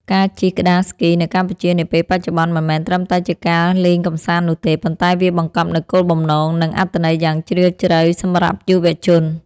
ការជិះក្ដារស្គីនៅកម្ពុជានាពេលបច្ចុប្បន្ន មិនមែនត្រឹមតែជាការលេងកម្សាន្តនោះទេ ប៉ុន្តែវាបង្កប់នូវគោលបំណង និងអត្ថន័យយ៉ាងជ្រាលជ្រៅសម្រាប់យុវជន។